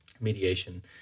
mediation